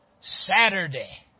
Saturday